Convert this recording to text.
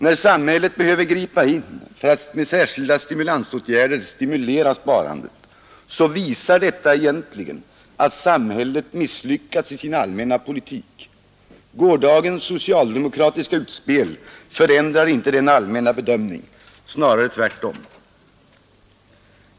När samhället behöver gripa in för att med särskilda åtgärder stimulera sparandet visar detta egentligen att samhället har misslyckats i sin allmänna politik. Gårdagens socialdemokratiska utspel förändrar inte denna allmänna bedömning — snarare tvärtom.